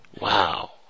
Wow